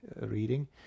reading